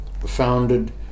founded